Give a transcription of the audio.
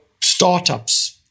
startups